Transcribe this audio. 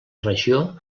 regió